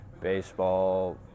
baseball